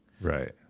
Right